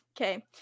okay